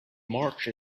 march